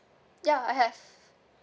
ya I have